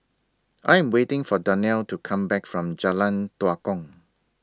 I Am waiting For Donell to Come Back from Jalan Tua Kong